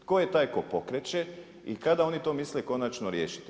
Tko je taj tko pokreće i kada oni to misle konačno riješiti?